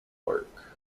work